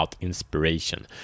inspiration